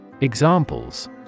Examples